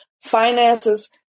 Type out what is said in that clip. Finances